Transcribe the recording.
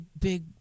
big